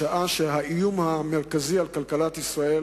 בשעה שהאיום המרכזי על כלכלת ישראל